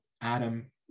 Adam